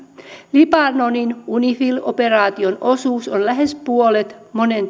libanonin unifil operaation osuus on lähes puolet